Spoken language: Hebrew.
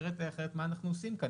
אחרת מה אנחנו עושים כאן?